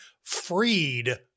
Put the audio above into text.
Freed